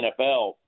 NFL